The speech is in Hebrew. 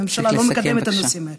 הממשלה לא מקדמת את הנושאים האלה.